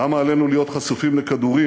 למה עלינו להיות חשופים לכדורים,